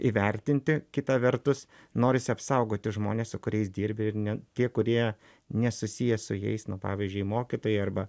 įvertinti kita vertus norisi apsaugoti žmones su kuriais dirbi ir ne tie kurie nesusiję su jais nu pavyzdžiui mokytojai arba